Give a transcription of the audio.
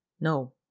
No